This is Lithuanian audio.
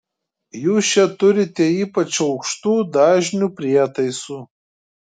jūs čia turite ypač aukštų dažnių prietaisų